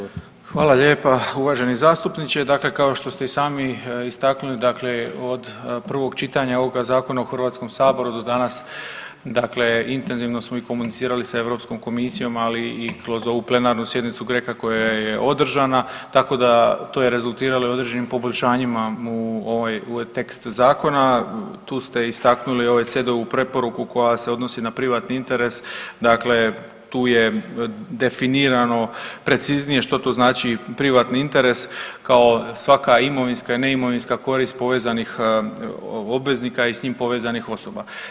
Hvala lijepa uvaženi zastupniče, dakle kao što ste i sami istaknuli, dakle od prvog čitanja ovog zakona u HS do danas, dakle, intenzivno smo i komunicirali sa europskom komisijom ali i kroz ovu plenarnu sjednicu GRECO-a koja je održana tako da, to je rezultiralo i određenim poboljšanjima u ovaj tekst zakona, tu ste istaknuli ovaj OECD-ovu preporuku koja se odnosi na privatni interes, dakle tu je definirano preciznije što to znači privatni interes, kao svaka imovinska i neimovinska korist povezanih obveznika i s njim povezanih osoba.